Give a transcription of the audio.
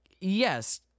yes